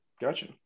gotcha